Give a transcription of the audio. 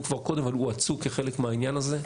כבר קודם אבל הואצו כחלק מהעניין הזה.